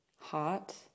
Hot